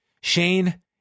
Shane